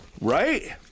Right